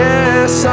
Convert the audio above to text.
Yes